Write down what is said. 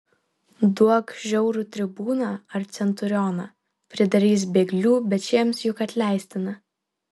duok žiaurų tribūną ar centurioną pridarys bėglių bet šiems juk atleistina